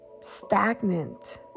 stagnant